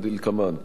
כדלקמן: